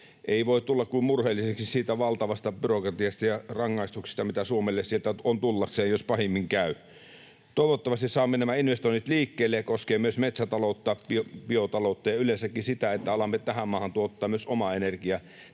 ei voi tulla kuin murheelliseksi siitä valtavasta byrokratiasta ja rangaistuksista, mitä Suomelle sieltä on tullakseen, jos pahimmin käy. Toivottavasti saamme nämä investoinnit liikkeelle, ja se koskee myös metsätaloutta, biotaloutta ja yleensäkin sitä, että alamme tähän maahan tuottaa myös omaa energiaa.